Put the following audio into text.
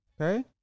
Okay